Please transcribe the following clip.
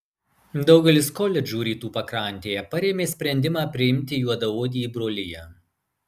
daugelis koledžų rytų pakrantėje parėmė sprendimą priimti juodaodį į broliją